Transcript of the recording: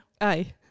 Aye